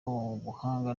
ubuhanga